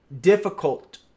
difficult